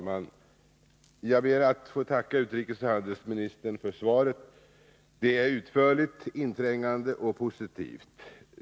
Fru talman! Jag ber att få tacka utrikesoch handelsministern för svaret. Det är utförligt, inträngande och positivt.